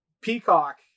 Peacock